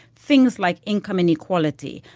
things like income inequality,